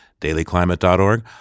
dailyclimate.org